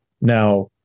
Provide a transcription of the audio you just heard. Now